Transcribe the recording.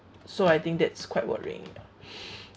so I think that's quite worrying